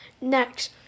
Next